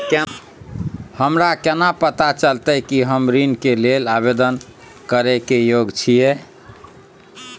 हमरा केना पता चलतई कि हम ऋण के लेल आवेदन करय के योग्य छियै?